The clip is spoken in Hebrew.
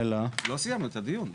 לא סיימנו את הדיון.